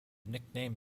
nickname